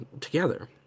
together